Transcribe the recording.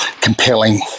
compelling